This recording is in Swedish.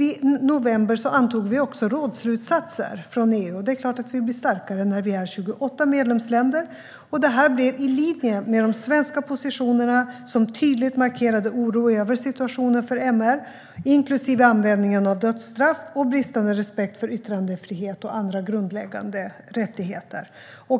I november antog vi också rådsslutsatser från EU - det är klart att vi blir starkare när vi är 28 medlemsländer - i linje med de svenska positionerna, som tydligt markerade oro över situationen för MR, inklusive användningen av dödsstraff och bristande respekt för yttrandefrihet och andra grundläggande rättigheter.